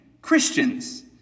Christians